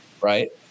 Right